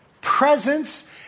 presence